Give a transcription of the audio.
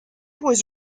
was